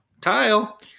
tile